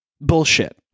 Bullshit